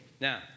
Now